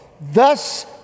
Thus